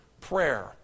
prayer